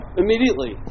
immediately